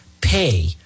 pay